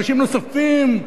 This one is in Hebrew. אנשים נוספים,